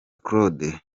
claude